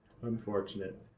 Unfortunate